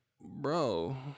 bro